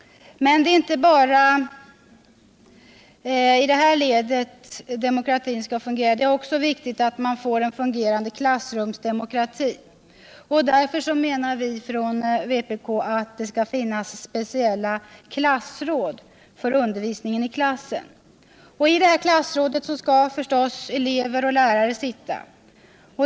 Men det är inte bara i det här ledet demokratin skall fungera. Det är också viktigt att få en fungerande klassrumsdemokrati. Och därför menar vi från vpk att det bör finnas speciella klassråd för undervisningen i klassen. I klassrådet skall klassens elever och lärare sitta.